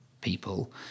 people